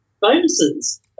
bonuses